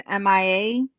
MIA